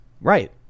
Right